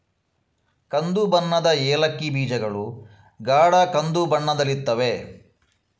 ಕಂದು ಬಣ್ಣದ ಏಲಕ್ಕಿ ಬೀಜಗಳು ಗಾಢ ಕಂದು ಬಣ್ಣದಲ್ಲಿರುತ್ತವೆ